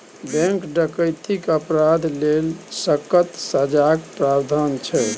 bank डकैतीक अपराध लेल सक्कत सजाक प्राबधान छै